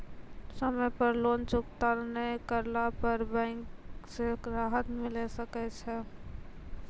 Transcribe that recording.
समय पर लोन चुकता नैय करला पर बैंक से राहत मिले सकय छै?